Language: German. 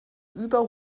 über